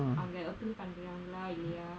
அவங்க:avanga approve பன்றாங்க இல்லையா:pandraangalaa illaiyaa